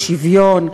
-שוויון.